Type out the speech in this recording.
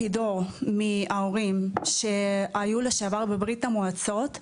כדור מההורים שהיו לשעבר בברית המועצות,